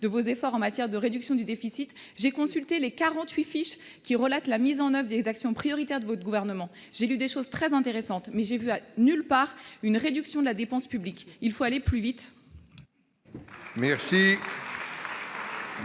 de vos efforts en matière de réduction du déficit. J'ai consulté les 48 fiches relatives à la mise en oeuvre des réformes prioritaires du Gouvernement. J'y ai lu des choses intéressantes, mais je n'y ai vu nulle part une réduction de la dépense publique. Il faut aller plus vite